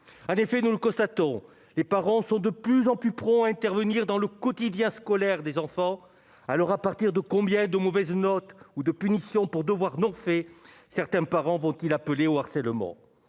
en effet, nous ne constatons les parents sont de plus en plus prompt à intervenir dans le quotidien scolaire des enfants, alors à partir de combien de mauvaises notes ou de punition pour devoir non fait certains parents, vos qu'il appelait au harcèlement